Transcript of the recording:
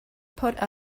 put